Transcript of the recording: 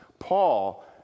Paul